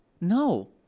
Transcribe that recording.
No